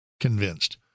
convinced